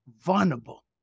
vulnerable